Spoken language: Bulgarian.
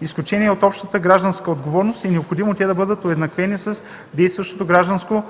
изключение от общата гражданска отговорност и е необходимо те да бъдат уеднаквени с действащото гражданско